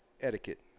etiquette